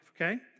okay